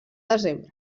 desembre